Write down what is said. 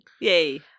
Yay